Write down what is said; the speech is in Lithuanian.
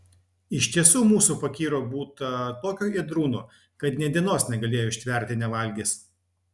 iš tiesų mūsų fakyro būta tokio ėdrūno kad nė dienos negalėjo ištverti nevalgęs